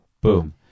Boom